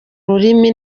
rurimi